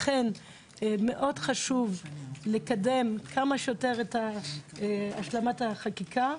לכן, מאוד חשוב לקדם כמה שיותר את השלמת החקיקה.